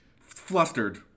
flustered